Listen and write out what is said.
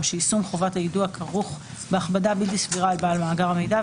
או שיישום חובת היידוע כרוך בהכבדה בלתי סבירה על בעל מאגר המידע,